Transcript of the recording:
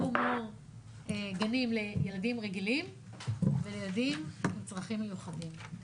No more לילדים רגילים ולילדים עם צרכים מיוחדים.